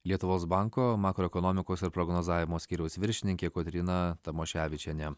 lietuvos banko makroekonomikos ir prognozavimo skyriaus viršininkė kotryna tamoševičienė